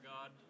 God